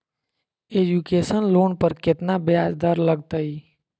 Education loan पर केतना ब्याज दर लगतई?